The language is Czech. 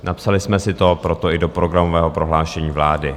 Napsali jsme si proto i do programového prohlášení vlády.